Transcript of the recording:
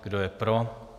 Kdo je pro?